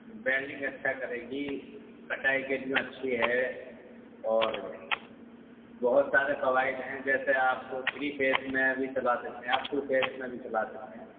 welding اچھا کرے گی کٹائی کے لیے اچھی ہے اور بہت سارے فوائد ہیں جیسے آپ کو تھری فیس میں بھی چلا سکتے ہیں آپ ٹو فیس میں بھی چلا سکتے ہیں